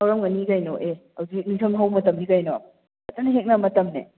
ꯍꯧꯔꯝꯒꯅꯤ ꯀꯩꯅꯣ ꯑꯦ ꯑꯗꯨ ꯏꯪꯊꯝ ꯍꯧꯕ ꯃꯇꯝꯅꯤ ꯀꯩꯅꯣ ꯐꯖꯅ ꯍꯦꯛꯅ ꯃꯇꯝꯅꯦ